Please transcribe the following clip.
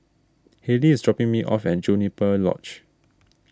Hallie is dropping me off at Juniper Lodge